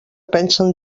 pensen